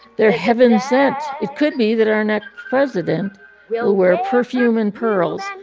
they're heaven sent. it could be that our next president will wear perfume and pearls,